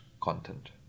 content